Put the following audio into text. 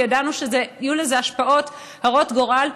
כי ידענו שיהיו לזה השפעות הרות גורל.